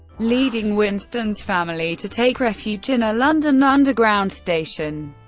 leading winston's family to take refuge in a london underground station.